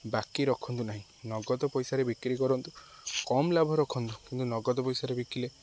ବାକି ରଖନ୍ତୁ ନାହିଁ ନଗଦ ପଇସାରେ ବିକ୍ରି କରନ୍ତୁ କମ୍ ଲାଭ ରଖନ୍ତୁ କିନ୍ତୁ ନଗଦ ପଇସାରେ ବିକିଲେ